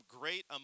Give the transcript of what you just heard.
great